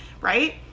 right